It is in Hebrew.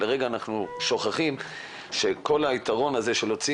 ולרגע אנחנו שוכחים שכל היתרון של להוציא